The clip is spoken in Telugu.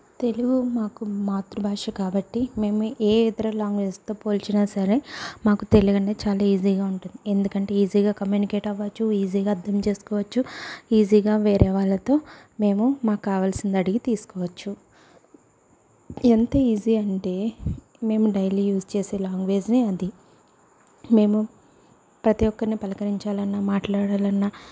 తెలుగు మాకు మాతృభాష కాబట్టి మేము ఏ ఇతర లాంగ్వేజ్తో పోల్చిన సరే మాకు తెలుగు అంటే చాలా ఈజీగా ఉంటుంది ఎందుకంటే ఈజీగా కమ్యూనికేట్ అవ్వచ్చు ఈజీగా అర్థం చేసుకోవచ్చు ఈజీగా వేరే వాళ్ళతో మేము మాకు కావాల్సింది అడిగి తీసుకోవచ్చు ఎంత ఈజీ అంటే మేము డైలీ యూస్ చేసే లాంగ్వేజ్ అది మేము ప్రతి ఒక్కరిని పలకరించాలన్నా మాట్లాడాలన్నా